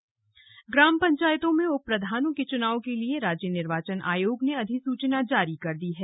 उप प्रधान चुनाव ग्राम पंचायतों में उप प्रधानों के चुनावों के लिए राज्य निर्वाचन आयोग ने अधिसूचना जारी कर दी है